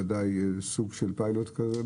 בוודאי סוג של פיילוט כזה,